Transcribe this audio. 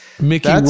Mickey